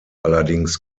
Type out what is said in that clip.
allerdings